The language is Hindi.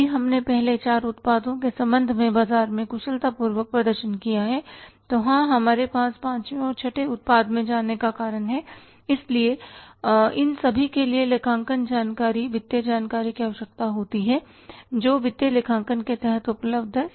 यदि हमने पहले 4 उत्पादों के संबंध में बाजार में कुशलतापूर्वक प्रदर्शन किया है तो हाँ हमारे पास पांचवें और छठे उत्पाद में जाने का कारण है इसलिए इन सभी के लिए लेखांकन जानकारी वित्तीय जानकारी की आवश्यकता होती है जो वित्तीय लेखांकन के तहत उपलब्ध है